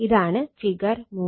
ഇതാണ് ഫിഗർ 3